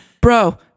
Bro